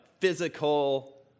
physical